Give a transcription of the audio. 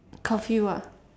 curfew ah